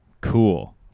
Cool